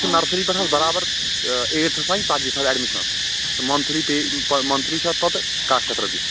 nursery پٮ۪ٹھ حظ برابر اَیٚٹتھَس تانۍ ژَتجی ساس ایٚڈمِشَنَس حظ تہٕ مَنٛتھٕلی پے مَنٛتھٕلی چھِ اَتھ پَتہٕ کَاہ شیٚتھ رۄپیہِ